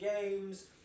games